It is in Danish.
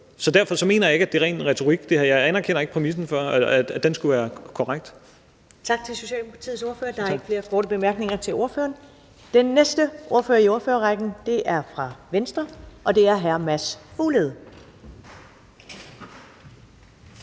Derfor mener jeg ikke, at det her er ren retorik. Jeg anerkender ikke præmissen for, at det skulle være korrekt. Kl. 11:21 Første næstformand (Karen Ellemann): Tak til Socialdemokratiets ordfører. Der er ikke flere korte bemærkninger til ordføreren. Den næste ordfører i ordførerrækken er fra Venstre, og det er hr. Mads Fuglede.